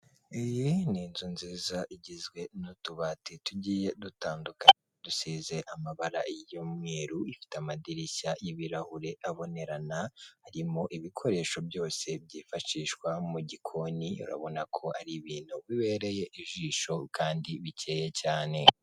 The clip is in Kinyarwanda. Iyi ni inzu nziza igizwe n'utubati tugiye dutandukanye, dusize amabara y'umweru ifite amadirishya y'ibirahure abonerana, harimo ibikoresho byose byifashishwa mu gikoni, urabona ko ari ibintu bibereye ijisho kandi bikeya cyane.